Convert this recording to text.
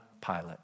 Pilate